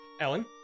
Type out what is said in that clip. Ellen